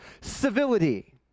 civility